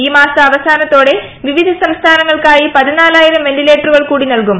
ഈ മാസാവസാനത്തോടെ വിവിധ സംസ്ഥാനങ്ങൾക്കായി പതിനാലായിരം വെന്റിലേറ്ററുകൾ കൂടി നൽകും